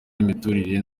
n’imiturire